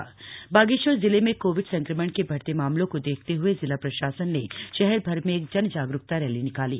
Covid जागरूकता rally Bageshwar जिले में कोविड संक्रमण के बढ़ते मामलों को देखते हये जिला प्रशासन ने शहर भर में एक जन जागरूकता रैली निकाली